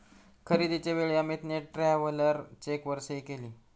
खरेदीच्या वेळी अमितने ट्रॅव्हलर चेकवर सही केली